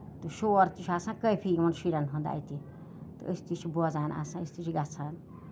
تہٕ شور تہِ چھُ آسان کٲفی یِمن شُرین ہُند اَتہِ تہٕ أسۍ تہِ چھِ بوزان آسان أسۍ تہِ چھِ گژھان